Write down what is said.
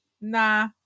nah